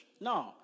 No